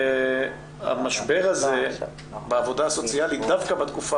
והמשבר הזה בעבודה הסוציאלית דווקא בתקופה